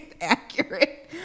Accurate